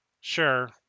Sure